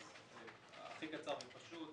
הכי קצר ופשוט.